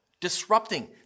disrupting